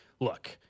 look